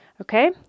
Okay